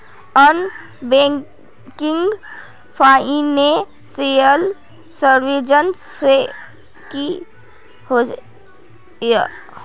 Non banking financial services की होय?